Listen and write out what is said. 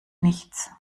nichts